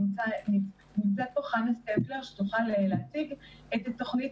ונמצאת חנה סטמפלר שתוכל להציג את התוכנית,